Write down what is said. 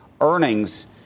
earnings